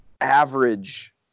average